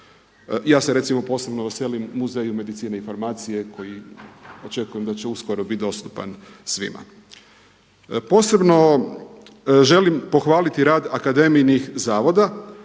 Ja se recimo posebno veselim Muzeju medicine i farmacije koji očekujem da će biti dostupan svima. Posebno želim pohvaliti rad akademijinih zavoda